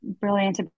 brilliant